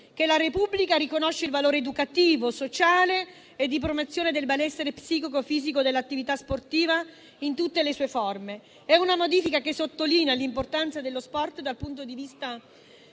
che la Repubblica riconosca il valore educativo, sociale e di promozione del benessere psicofisico dell'attività sportiva in tutte le sue forme. È una modifica che sottolinea l'importanza dello sport dal punto di vista